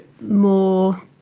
more